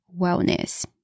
wellness